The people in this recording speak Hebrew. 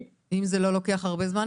הוא אמר זאת.